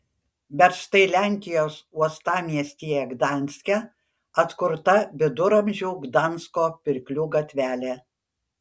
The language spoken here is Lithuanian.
bet štai lenkijos uostamiestyje gdanske atkurta viduramžių gdansko pirklių gatvelė